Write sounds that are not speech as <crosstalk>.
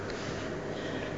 <breath>